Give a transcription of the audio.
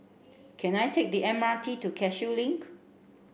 can I take the M R T to Cashew Link